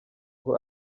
ngo